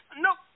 No